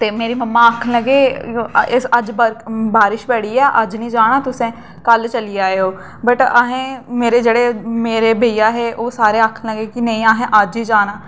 ते मेरी मम्मा आक्खन लगें अज्ज बारिश पोआ दी अज्ज नीं जाना तुस कल्ल चली जाओ बट असें मेरे जेह्डे़ बेहिया हे आक्खन लगे नेईं असें अज्ज गै जाना